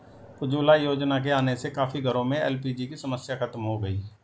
उज्ज्वला योजना के आने से काफी घरों में एल.पी.जी की समस्या खत्म हो गई